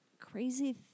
crazy